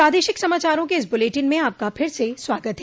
प्रादेशिक समाचारों के इस बुलेटिन में आपका फिर से स्वागत है